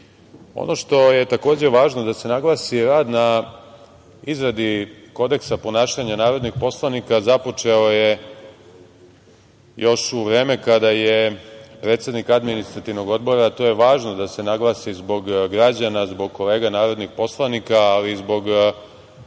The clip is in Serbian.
što je takođe važno da se naglasi rad na izradi kodeksa ponašanja narodnih poslanika započeo je još u vreme kada je predsednik Administrativnog odbora, to je važno da se naglasi zbog građana zbog kolega narodnih poslanika, ali i zbog